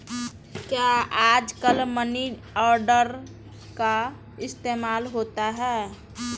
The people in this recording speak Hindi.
क्या आजकल मनी ऑर्डर का इस्तेमाल होता है?